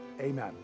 amen